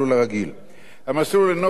המסלול אינו עוסק בחייבים כבדים,